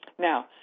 Now